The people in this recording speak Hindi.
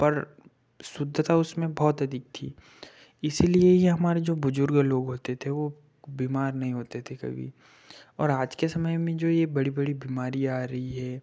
पर शुद्धता उसमें बहुत अधिक थी इसीलिए ये हमारे जो बुजुर्ग लोग होते थे वो बीमार नहीं होते थे कभी और आज के समय में जो ये बड़ी बड़ी बीमारी आ रही है